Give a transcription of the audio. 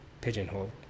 pigeonhole